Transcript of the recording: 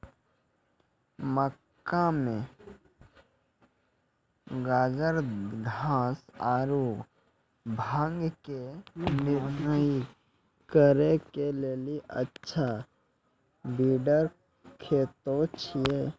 मक्का मे गाजरघास आरु भांग के निराई करे के लेली अच्छा वीडर खोजे छैय?